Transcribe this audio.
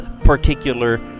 particular